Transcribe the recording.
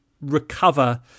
recover